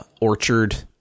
orchard